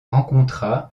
rencontra